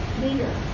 leader